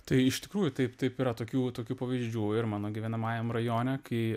tai iš tikrųjų taip taip yra tokių tokių pavyzdžių ir mano gyvenamajam rajone kai